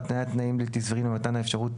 התניית תנאים בלתי סבירים למתן אפשרות